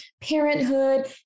parenthood